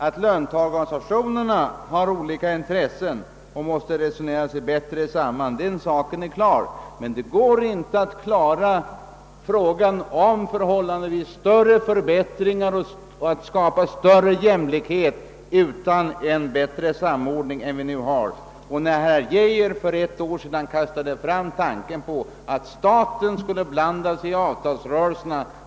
Att löntagarorganisationerna har olika intressen och måste resonera sig samman är klart, och det går inte att skapa större jämlikhet utan en bättre samordning än som nu förekommer. Herr Geijer kastade för ett år sedan fram tanken, att staten skulle blanda sig i avtalsrörelsen.